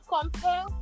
compare